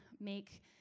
make